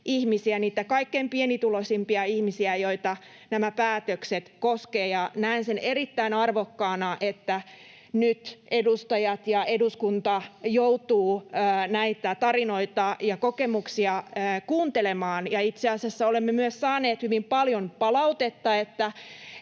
niitä kaikkein pienituloisimpia ihmisiä, joita nämä päätökset koskevat. Näen sen erittäin arvokkaana, että nyt eduskunta ja edustajat joutuvat näitä tarinoita ja kokemuksia kuuntelemaan. Ja itse asiassa olemme myös saaneet hyvin paljon palautetta,